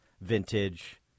vintage